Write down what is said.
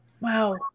Wow